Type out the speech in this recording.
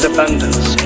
abundance